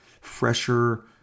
fresher